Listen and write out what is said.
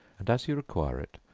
and as you require it,